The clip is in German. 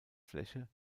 fläche